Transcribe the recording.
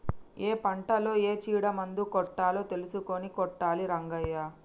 ఏ పంటలో ఏ చీడ మందు కొట్టాలో తెలుసుకొని కొట్టాలి రంగయ్య